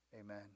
Amen